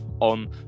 on